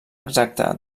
exacta